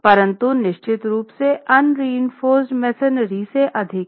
परंतु निश्चित रूप से अनरीइंफोर्स्ड मेसनरी से अधिक है